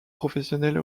professionnelle